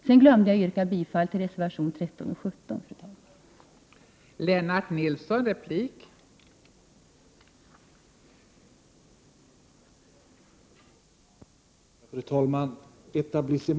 Sedan glömde jag yrka bifall till reservationerna 13 och 17, fru talman!